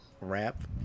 rap